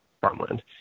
farmland